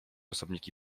osobniki